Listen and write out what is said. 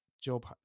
job